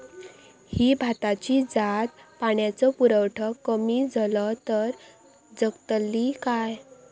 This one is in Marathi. ही भाताची जात पाण्याचो पुरवठो कमी जलो तर जगतली काय?